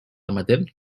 emetent